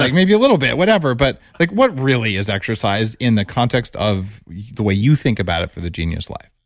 like maybe a little bit, whatever. but like what really is exercise in the context of the way you think about it for the genius life?